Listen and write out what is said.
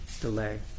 delay